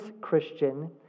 Christian